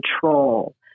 control